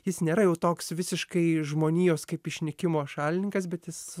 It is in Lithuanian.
jis nėra jau toks visiškai žmonijos kaip išnykimo šalininkas bet jis